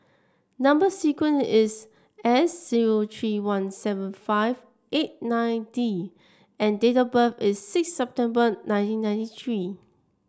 number sequence is S zero three one seven five eight nine D and date of birth is six September nineteen ninety three